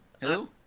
Hello